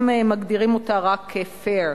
הם מגדירים אותה רק כ-fair,